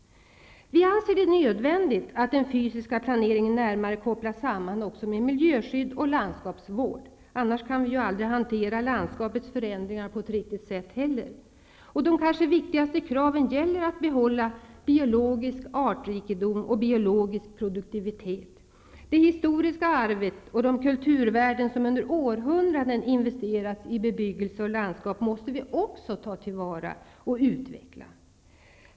Vi anser att det är nödvändigt att den fysiska planeringen närmare kopplas samman med miljöskydd och landskapsvård; annars kan vi aldrig hantera landskapets förändringar på ett riktigt sätt. De kanske viktigaste kraven gäller att behålla biologisk artrikedom och biologisk produktivitet. Det historiska arvet och de kulturvärden som under århundraden investerats i bebyggelse och landskap måste vi också ta till vara och utveckla.